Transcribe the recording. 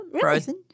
Frozen